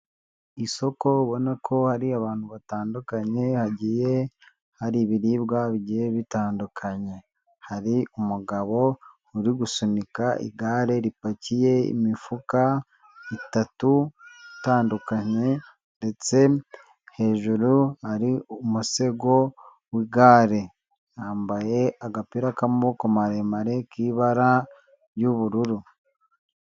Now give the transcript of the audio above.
Isoko ubona ko hari abantu batandukanye, hagiye hari ibiribwa bigiye bitandukanye, hari umugabo uri gusunika igare ripakiye imifuka, itatu itandukanye ndetse hejuru hari umusego w'igare, yambaye agapira k'amaboko maremare k'ibara ry'ubururu.